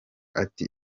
ati